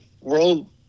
world